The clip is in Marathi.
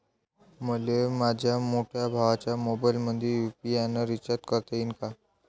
मले माह्या मोठ्या भावाच्या मोबाईलमंदी यू.पी.आय न रिचार्ज करता येईन का?